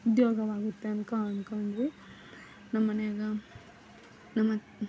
ಉದ್ಯೋಗವಾಗುತ್ತೆ ಅಂತ ಅಂದ್ಕೊಂಡ್ವಿ ನಮ್ಮನೆಯಾಗ ನಮ್ಮತ್ತೆ